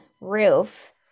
roof